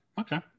okay